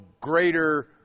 greater